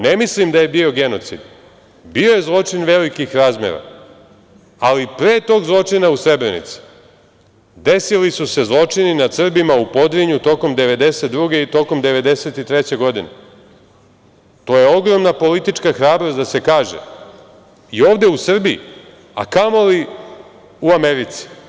Ne mislim da je bio genocid, bio je zločin velikih razmera, ali pre tog zločina u Srebrenici desili su se zločini nad Srbima u Podrinju tokom 1992. i 1993. godine. to je ogromna politička hrabrost da se kaže i ovde u Srbiji, a kamoli u Americi.